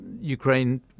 ukraine